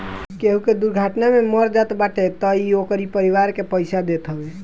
केहू के दुर्घटना में मर जात बाटे तअ इ ओकरी परिवार के पईसा देत हवे